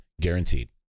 guaranteed